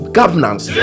governance